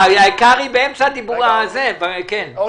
היה 392 והם מבקשים 456. אילו